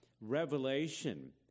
revelation